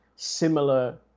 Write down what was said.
similar